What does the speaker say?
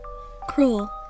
cruel